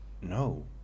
no